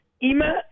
Ima